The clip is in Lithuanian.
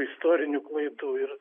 istorinių klaidų ir